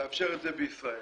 לאפשר את זה בישראל.